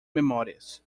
memórias